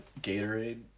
Gatorade